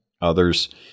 others